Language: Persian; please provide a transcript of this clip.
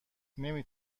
نمی